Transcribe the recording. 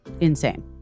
Insane